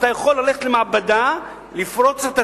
אתה יכול ללכת למעבדה,